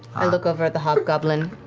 i look over at the hobgoblin.